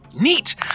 Neat